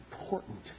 important